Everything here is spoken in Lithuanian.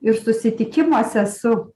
ir susitikimuose su